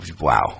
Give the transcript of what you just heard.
wow